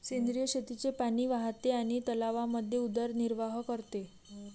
सेंद्रिय शेतीचे पाणी वाहते आणि तलावांमध्ये उदरनिर्वाह करते